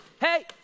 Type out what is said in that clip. hey